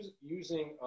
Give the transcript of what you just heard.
using